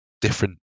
different